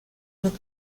with